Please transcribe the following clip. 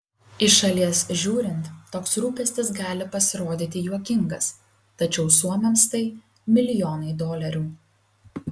iš šalies žiūrint toks rūpestis gali pasirodyti juokingas tačiau suomiams tai milijonai dolerių